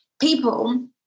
people